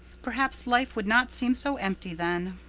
perhaps life would not seem so empty then.